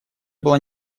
была